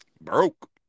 Broke